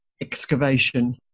excavation